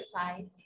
exercise